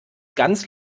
ganz